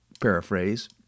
paraphrase